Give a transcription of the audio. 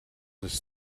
des